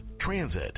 transit